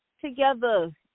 together